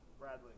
Bradley